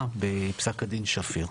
בפסק הדין שפיר,